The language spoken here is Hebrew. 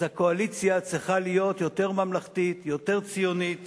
אז הקואליציה יותר ממלכתית, יותר ציונית